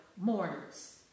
mourners